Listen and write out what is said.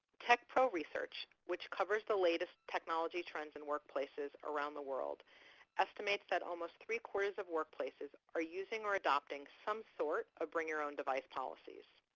tech pro research which covers the latest technology trends and workplaces around the world estimates that almost three four of workplaces are using or adopting some sort of bring your own device policies.